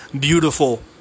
beautiful